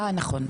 נכון.